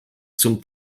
zum